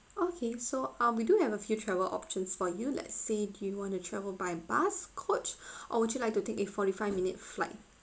okay so um we do have a few travel options for you let's say do you want to travel by bus coach or would you like to take a forty five minute flight